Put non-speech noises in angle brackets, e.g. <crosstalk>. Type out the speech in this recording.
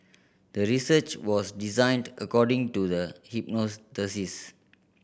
the research was designed according to the <unintelligible>